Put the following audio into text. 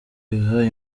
biha